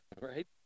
Right